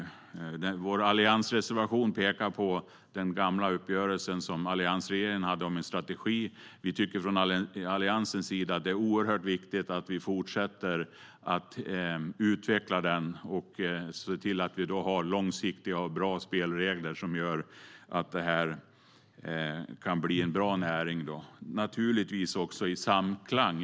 Vår alliansreservation pekar på den gamla uppgörelse som alliansregeringen hade om en strategi. Vi tycker från Alliansens sida att det är oerhört viktigt att vi fortsätter att utveckla den och ser till att vi har långsiktiga och bra spelregler som gör att det här kan bli en bra näring.